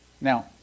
Now